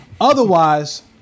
Otherwise